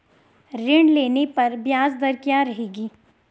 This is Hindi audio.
ऋण लेने पर ब्याज दर क्या रहेगी?